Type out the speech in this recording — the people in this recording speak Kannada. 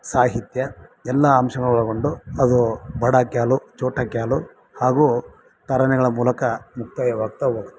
ಸಾಹಿತ್ಯ ಎಲ್ಲ ಅಂಶಗಳೊಳಗೊಂಡು ಅದು ಬಡಾಖ್ಯಾಲ್ ಚೋಟಖ್ಯಾಲ್ ಹಾಗು ತರಾನಾಗಳ ಮೂಲಕ ಮುಕ್ತಾಯವಾಗ್ತ ಹೋಗುತ್ತೆ